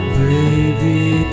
baby